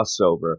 crossover